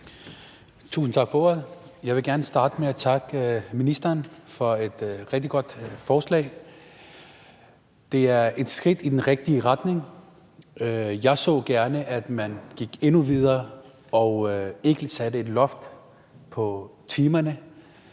Tusind tak for ordet. Jeg vil gerne starte med at takke ministeren for et rigtig godt forslag. Det er et skridt i den rigtige retning. Jeg så gerne, at man gik endnu videre og ikke satte et loft over timerne.